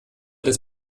des